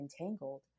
entangled